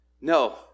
No